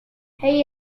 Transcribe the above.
hey